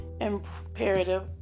imperative